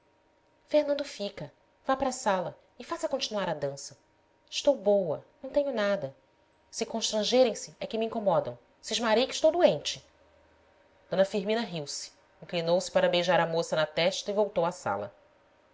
fernando fica vá para a sala e faça continuar a dança estou boa não tenho nada se constrangerem se é que me incomodam cismarei que estou doente d firmina riu-se inclinou-se para beijar a moça na testa e voltou à sala